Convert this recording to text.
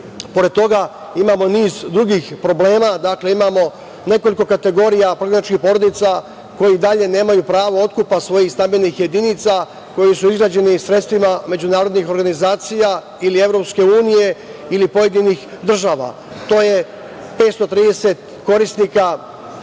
toga, imamo niz drugih problema. Imamo nekoliko kategorija prognaničkih porodica koja i dalje nemaju pravo otkupa svojih stambenih jedinica koji su izgrađeni sredstvima međunarodnih organizacija ili EU ili pojedinih država. To je 530 korisnika